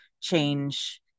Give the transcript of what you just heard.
change